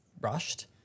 rushed